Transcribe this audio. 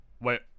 Wait